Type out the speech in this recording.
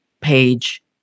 page